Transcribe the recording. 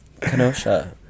kenosha